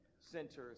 centers